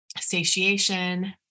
satiation